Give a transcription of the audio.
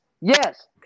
yes